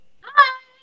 Hi